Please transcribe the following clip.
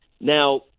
Now